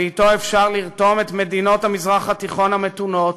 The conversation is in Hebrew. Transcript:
ואתו אפשר לרתום את מדינות המזרח התיכון המתונות